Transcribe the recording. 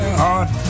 heart